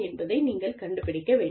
என்பதை நீங்கள் கண்டுபிடிக்க வேண்டும்